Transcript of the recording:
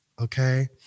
okay